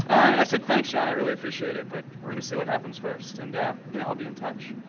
and i said, thanks, john, i really appreciate it, but we're going to see what happens first and, you know, i'll be in touch.